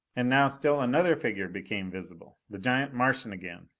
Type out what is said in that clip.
and now still another figure became visible the giant martian again.